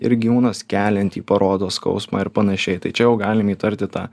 ir gyvūnas keliant jį parodo skausmą ir panašiai tai čia jau galim įtarti tą